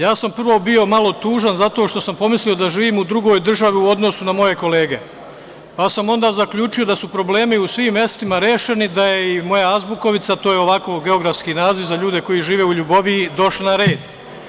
Ja sam prvo bio malo tužan zato što sam pomislio da živim u drugoj državi u odnosu na moje kolege, pa sam onda zaključio da su problemi u svim mestima rešeni, da je i moja Azbukovica, to je geografski naziv za ljude koji žive u LJuboviji, došla na red.